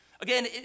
Again